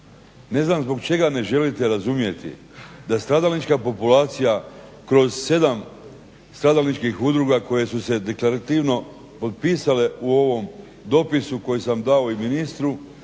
Ne znam zbog čega ne želite razumjeti da stradalnička populacija kroz 7 stradalničkih udruga koje su se deklarativno potpisale u ovom dopisu koji sam dao i ministru,